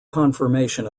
confirmation